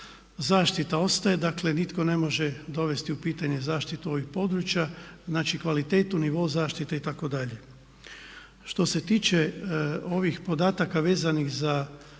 Zaštita ostaje, dakle nitko ne može dovesti u pitanje zaštitu ovih područja, znači kvalitetu, nivo zaštite itd. Što se tiče ovih podataka vezanih za